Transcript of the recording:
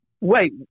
wait